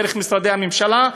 דרך משרדי הממשלה,